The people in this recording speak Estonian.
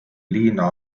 liina